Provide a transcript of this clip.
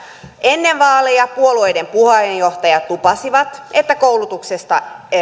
ennen vaaleja puolueiden puheenjohtajat lupasivat että koulutuksesta